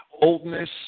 oldness